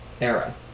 era